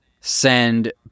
send